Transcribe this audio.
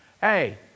hey